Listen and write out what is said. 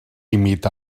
límit